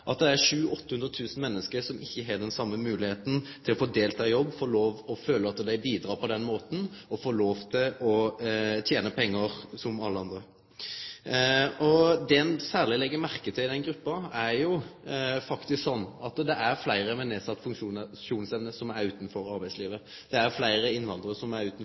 det er 700 000–800 000 menneske som ikkje har den same moglegheita til å få delta i jobb, få lov å føle at dei bidreg på den måten, og få lov til å tene pengar som alle andre. Det ein særleg legg merke til i den gruppa, er at det er fleire med nedsett funksjonsevne som er utanfor arbeidslivet. Det er fleire innvandrarar som er